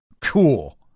Cool